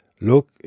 Look